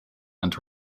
and